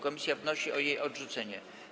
Komisja wnosi o jej odrzucenie.